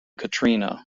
katrina